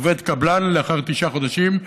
עובד קבלן, לאחר תשעה חודשים,